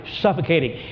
suffocating